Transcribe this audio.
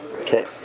Okay